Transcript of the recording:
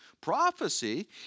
Prophecy